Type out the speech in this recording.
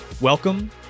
Welcome